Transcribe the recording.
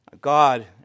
God